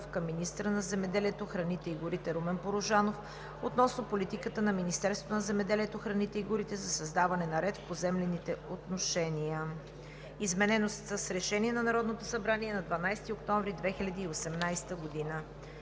към министъра на земеделието, храните и горите Румен Порожанов относно политиката на Министерството на земеделието, храните и горите за създаване на ред в поземлените отношения (ДВ, бр. 77 от 2017 г.), изменено с Решение на Народното събрание от 12 октомври 2018 г.